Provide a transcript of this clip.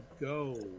go